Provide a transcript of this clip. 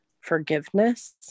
forgiveness